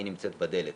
היא נמצאת בדלת.